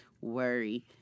worry